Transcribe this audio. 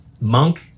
monk